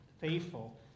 Faithful